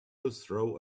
throw